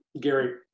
Gary